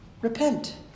Repent